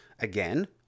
Again